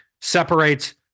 separates